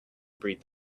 breed